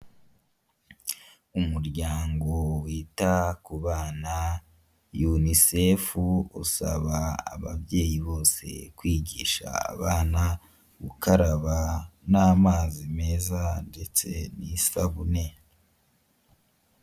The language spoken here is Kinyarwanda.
Umuryango wita ku bana Yunisefu usaba ababyeyi bose kwigisha abana gukaraba n'amazi meza ndetse n'isabune.